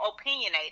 opinionated